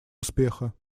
успеха